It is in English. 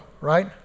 right